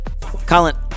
Colin